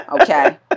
Okay